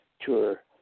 tour